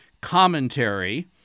commentary